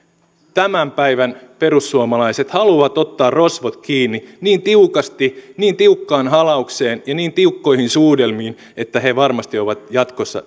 tämän päivän perussuomalaiset haluavat ottaa rosvot kiinni niin tiukasti niin tiukkaan halaukseen ja niin tiukkoihin suudelmiin että he varmasti ovat jatkossa